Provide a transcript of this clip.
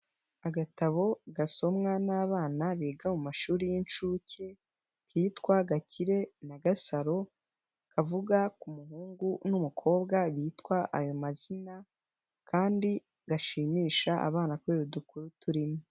Agatabo gasomwa n'abana biga mu mashuri y'inshuke kitwa Gakire na Gasaro, kavuga ku muhungu n'umukobwa bitwa ayo mazina kandi gashimisha abana kubera udukuru turimo.